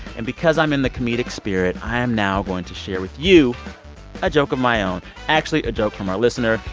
and because i'm in the comedic spirit, i am now going to share with you a joke of my own actually, a joke from our listener.